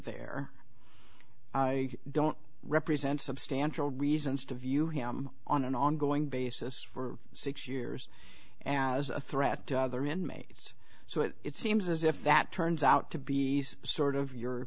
there i don't represent substantial reasons to view him on an ongoing basis for six years and as a threat to other inmates so it seems as if that turns out to be sort of your